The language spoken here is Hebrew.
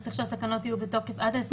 צריך שהתקנות יהיו בתוקף עד ה-22.